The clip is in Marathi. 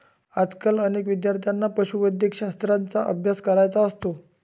आजकाल अनेक विद्यार्थ्यांना पशुवैद्यकशास्त्राचा अभ्यास करायचा असतो